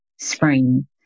spring